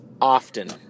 often